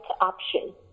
option